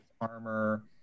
armor